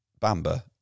Bamba